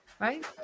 Right